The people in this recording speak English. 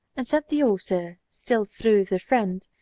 and sent the author, still through the friend,